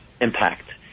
impact